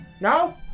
No